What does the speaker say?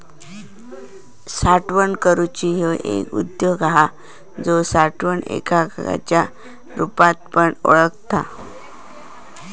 साठवण करूची ह्यो एक उद्योग हा जो साठवण एककाच्या रुपात पण ओळखतत